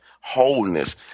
wholeness